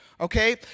okay